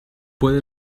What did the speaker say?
puede